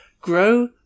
grow